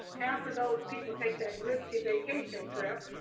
after those people take that risky vacation trip.